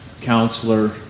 Counselor